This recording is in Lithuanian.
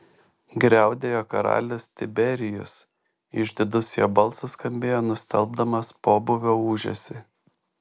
griaudėjo karalius tiberijus išdidus jo balsas skambėjo nustelbdamas pobūvio ūžesį